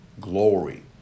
glory